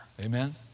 Amen